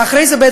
ואחרי זה,